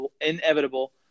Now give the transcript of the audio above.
inevitable